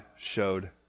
showed